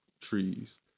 trees